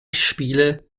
spiele